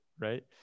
right